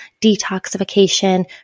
detoxification